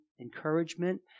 encouragement